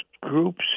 groups